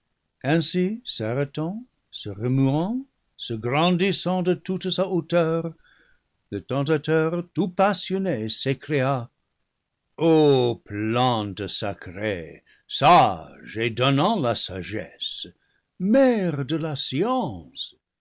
ainsi s'arrêtant se remuant se grandissant de toute sa hauteur le tentateur tout passionné s'écria o plante sacrée sage et donnant la sagesse mère de la science